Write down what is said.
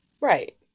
right